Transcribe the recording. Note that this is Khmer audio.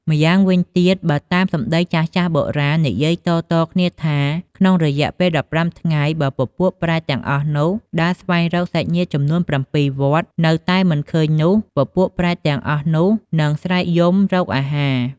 ម្យ៉ាងវិញទៀតបើតាមសម្ដីចាស់ៗបុរាណ និយាយតៗគ្នាថា ក្នុងរយៈពេល ១៥ថ្ងៃបើពពួកប្រែតទាំងអស់នោះដើរស្វែងរកញាតិចំនួន៧វត្តនៅតែមិនឃើញនោះ ពពួកប្រែតទាំងអស់នោះ នឹងស្រែកយំរកអាហារ។